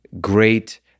great